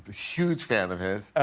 huge fan of his.